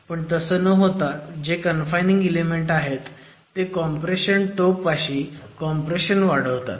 पण तसं न होता जे कन्फायनिंग इलेमेंट आहेत ते कॉम्प्रेशन टो पाशी कॉम्प्रेशन वाढवतात